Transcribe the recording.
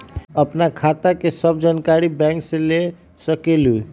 आपन खाता के सब जानकारी बैंक से ले सकेलु?